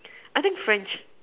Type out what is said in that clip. I think French